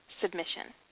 submission